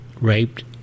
raped